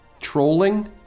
trolling